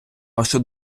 вашу